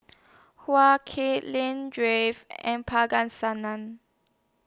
Hak Lien Dave and Singh